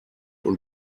und